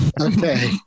Okay